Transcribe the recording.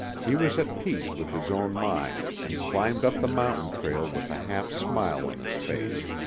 he was at peace with his own mind and climbed up the mountain trail with a half-smile on his face.